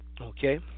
Okay